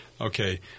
Okay